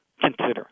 Consider